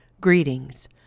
greetings